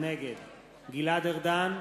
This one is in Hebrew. נגד גלעד ארדן,